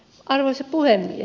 arvoisa puhemies